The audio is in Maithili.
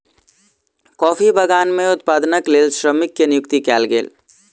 कॉफ़ी बगान में उत्पादनक लेल श्रमिक के नियुक्ति कयल गेल